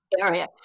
area